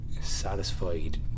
Satisfied